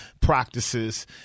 practices